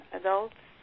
adults